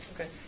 Okay